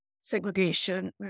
segregation